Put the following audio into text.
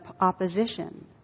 opposition